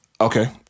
Okay